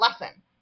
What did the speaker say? lesson